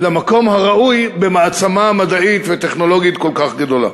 למקום הראוי במעצמה מדעית וטכנולוגית כל כך גדולה.